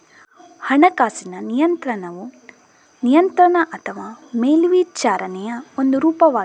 ಹಣಕಾಸಿನ ನಿಯಂತ್ರಣವು ನಿಯಂತ್ರಣ ಅಥವಾ ಮೇಲ್ವಿಚಾರಣೆಯ ಒಂದು ರೂಪವಾಗಿದೆ